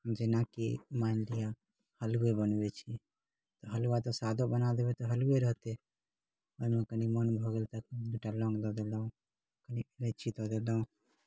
जेनाकि मानि लिअ हलुए बनबै छी हलुआ तऽ सादो बना देबै तऽ हलुए रहतै मने मनमे कनि भऽ गेल तऽ दुटा लॉन्ग दऽ देलहुँ दै छी तऽ एकदम